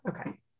Okay